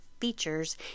features